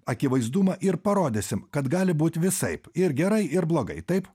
akivaizdumą ir parodysim kad gali būt visaip ir gerai ir blogai taip